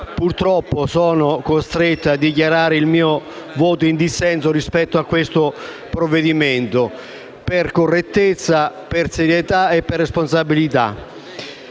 purtroppo sono costretto a dichiarare il mio voto in dissenso rispetto al provvedimento in esame, per correttezza, serietà e responsabilità.